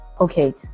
Okay